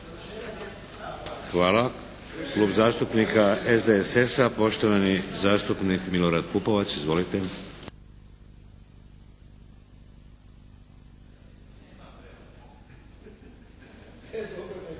Hvala. Klub zastupnika SDSS-a poštovani zastupnik Milorad Pupovac. Izvolite.